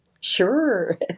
Sure